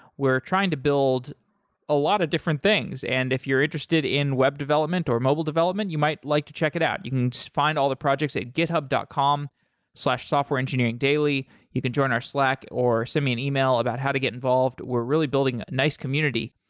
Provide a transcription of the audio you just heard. we're trying to build a lot of different things, and if you're interested in web development or mobile development, you might like to check it out. you can find all the projects that github dot com softwareengineeringdaily. you can join our slack or send me an email about how to get involved. we're really building a nice community,